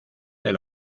del